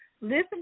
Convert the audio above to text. listen